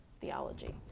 theology